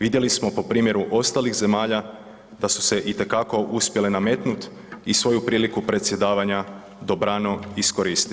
Vidjeli smo po primjeru ostalih zemalja da su se itekako uspjele nametnut i svoju priliku predsjedavanja dobrano iskoristit.